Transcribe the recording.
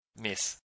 miss